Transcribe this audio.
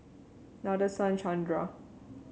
Nadasen Chandra